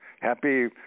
happy